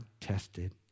tested